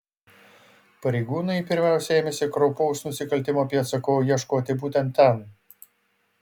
pareigūnai pirmiausia ėmėsi kraupaus nusikaltimo pėdsakų ieškoti būtent ten